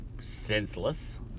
senseless